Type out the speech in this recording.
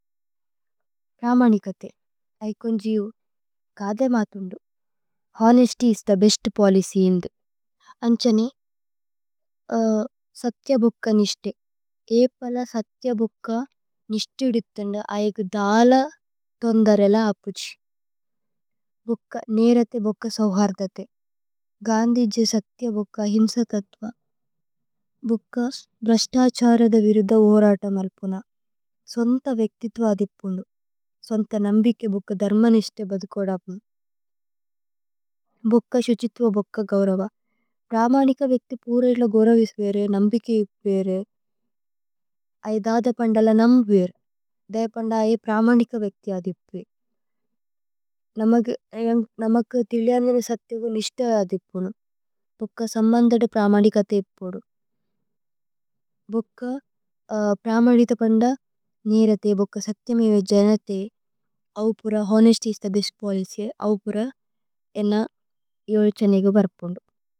പ്രമനികഥേ। ഐകോന്ജിയു। കാധേ മാഥുന്ദു। Honesty is the best policy ഇന്ദു। അന്ഛനി। സത്യഭുക്ക നിശ്തേ പല। സത്യഭുക്ക നിശ്തു ദിത്ഥനേ ആയേഗ് ദാല। ഥോന്ദരേല അപുഛി ഭ്ഹുക്ക നീരഥേ ഭുക്ക। സൌഹര്ധതേ ഗന്ധി ജേ സത്യഭുക്ക ഹിന്സ। തത്ത്വ ഭ്ഹുക്ക ബ്രശ്തഛരദ വിരുധ ഊരത। മല്പുന സ്വന്ത വേക്തിഥു അദിപുന്ദു സ്വന്ത। നമ്ബികേ ഭുക്ക ധര്മ നിശ്തേ ബധുകോധപ്നു। ഭ്ഹുക്ക ശുഛിഥു ഭുക്ക ഗൌരവ പ്രമനിക। വേക്തി പൂരജില ഗൌരവിസ്വേരേ നമ്ബികേ ഇപുവേരേ। ആയേ ദധപന്ദല നമ്വേരേ ദയപന്ദ ആയേ। പ്രമനിക വേക്തി അദിപു നമക്। ഥില്യന്ജനേ സത്യഗു നിശ്തേ അദിപുനു ഭ്ഹുക്ക। സമ്ബന്ദദ പ്രമനികഥേ ഇപോദു ഭ്ഹുക്ക। പ്രമനിത പന്ദ നീരഥേ ഭുക്ക। സത്യമേ വേജനഥേ അവുപുര honesty is the best. Policy അവുപുര ഏന്ന യോജുഛനേ ഗുബര്പുന്ദു।